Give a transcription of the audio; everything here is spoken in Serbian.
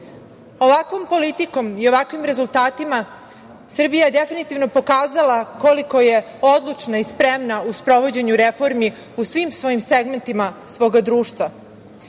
Ovakvom politikom i ovakvim rezultatima Srbija je definitivno pokazala koliko je odlučna i spremna u sprovođenju reformi u svim svojim segmentima svoga društva,